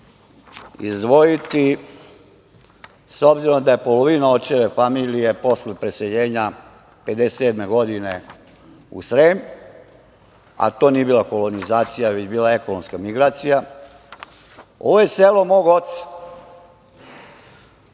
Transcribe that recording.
izdvojiti, s obzirom da je polovina očeve familije, posle preseljenja 1957. godine, u Srem, a to nije bila kolonizacija, već je to bila ekonomska migracija. Ovo je selo mog oca